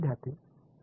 विद्यार्थीः प्राईम